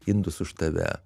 indus už tave